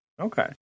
Okay